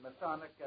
Masonic